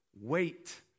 Wait